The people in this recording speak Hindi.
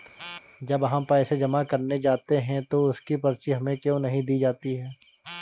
जब हम पैसे जमा करने जाते हैं तो उसकी पर्ची हमें क्यो नहीं दी जाती है?